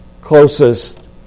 closest